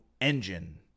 engine